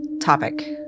topic